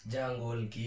Jungle